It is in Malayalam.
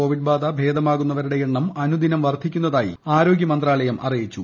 കോവിഡ് ബാധ ഭേദമാകുന്നവരുടെ എണ്ണം അനുദിനം വർദ്ധിക്കുന്നതായി ആരോഗൃമന്ത്രാലയം അറിയിച്ചു